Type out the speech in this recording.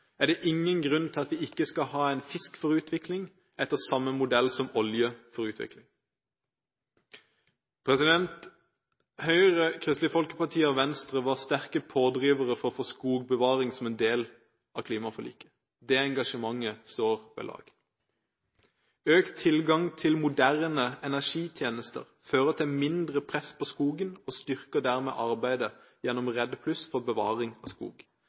er det ingen grunn til at vi ikke skal ha «Fisk for Utvikling» etter samme modell som Olje for Utvikling. Høyre, Kristelig Folkeparti og Venstre var sterke pådrivere for å få skogbevaring som en del av klimaforliket. Det engasjementet står ved lag. Økt tilgang til moderne energitjenester fører til mindre press på skogen og styrker dermed arbeidet gjennom REDD+ for bevaring av skog.